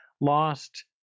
lost